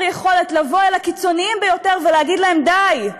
יכולת לבוא אל הקיצוניים ביותר ולהגיד להם: די,